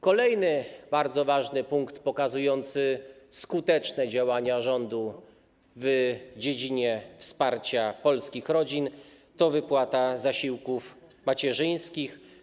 Kolejny, bardzo ważny punkt pokazujący skuteczne działania rządu w dziedzinie wsparcia polskich rodzin to wypłata zasiłków macierzyńskich.